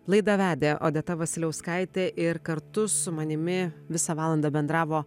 laidą vedė odeta vasiliauskaitė ir kartu su manimi visą valandą bendravo